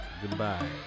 Goodbye